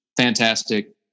fantastic